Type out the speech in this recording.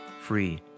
free